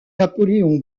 napoléon